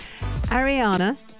Ariana